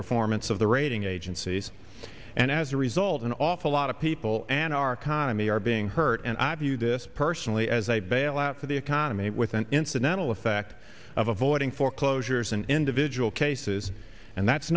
performance of the rating agencies and as a result an awful lot of people and our economy are being hurt and i view this personally as a bailout for the economy with an incidental effect of avoiding foreclosures in individual cases and that's